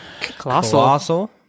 Colossal